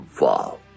wow